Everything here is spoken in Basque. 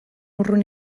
urrun